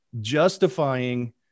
justifying